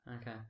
Okay